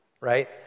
right